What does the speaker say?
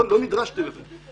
לא נדרשתי לזה.